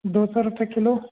दो सौ रूपए किलो